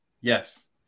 yes